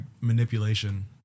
manipulation